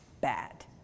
bad